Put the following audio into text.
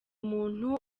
umuntu